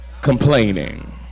complaining